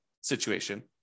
situation